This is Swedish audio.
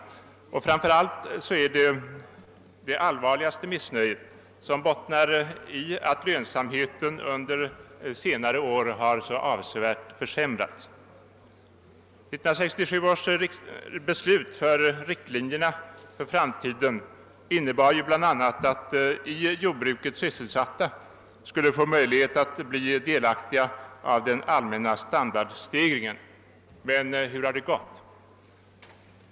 Det allvarligaste missnöjet bottnar i att lönsamheten under senare år så avsevärt försämrats. 1967 års beslut om riktlinjerna för framtiden innebar ju bl a. att i jordbruket sysselsatta personer skulle få möjlighet att bli delaktiga i den allmänna standardstegringen, men hur har det gått?